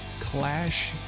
Clash